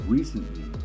Recently